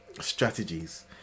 strategies